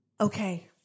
Okay